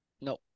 no